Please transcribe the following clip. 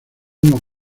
unos